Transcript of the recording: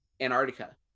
Antarctica